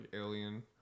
alien